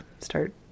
start